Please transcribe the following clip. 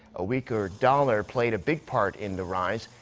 a weaker dollar played a big part in the rise.